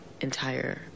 entire